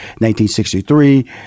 1963